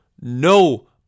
no